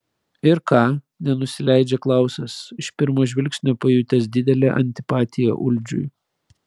ir ką nenusileidžia klausas iš pirmo žvilgsnio pajutęs didelę antipatiją uldžiui